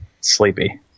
sleepy